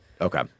Okay